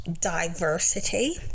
diversity